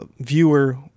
viewer